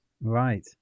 right